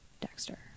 Dexter